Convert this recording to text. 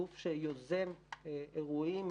גוף שיוזם אירועים,